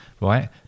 right